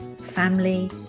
family